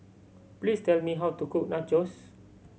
please tell me how to cook Nachos